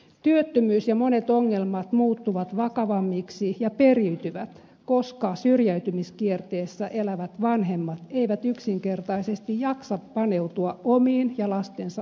työttömyys ja monet ongelmat muuttuvat vakavimmiksi ja periytyvät koska syrjäytymiskierteessä elävät vanhemmat eivät yksinkertaisesti jaksa paneutua omiin ja lastensa ongelmiin